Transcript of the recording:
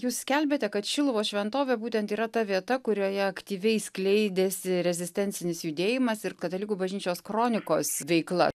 jūs skelbiate kad šiluvos šventovė būtent yra ta vieta kurioje aktyviai skleidėsi rezistencinis judėjimas ir katalikų bažnyčios kronikos veikla